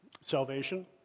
salvation